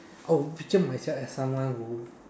I will picture myself as someone who